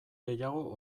gehiago